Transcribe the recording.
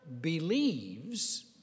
believes